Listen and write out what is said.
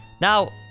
Now